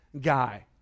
guy